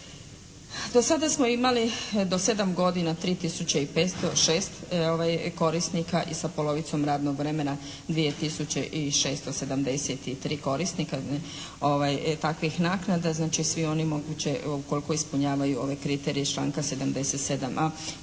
Do sada smo imali do sedam godina tri tisuće i 506 korisnika i sa polovicom radnog vremena dvije tisuće i 673 korisnika takvih naknada. Znači svi oni moguće, ukoliko ispunjavaju ove kriterije iz članka 77.a